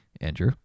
Andrew